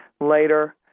later